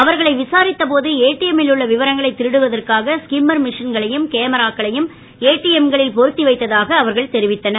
அவர்கனை விசாரித்த போது ஏடிஎம் மில் உள்ள விவரங்களை திருடுவதற்காக ஸ்கிம் மிஷின்களையும் கேமராக்களையும் ஏடிஎம் களில் பொருத்தி வைத்ததாக தெரிவித்தனர்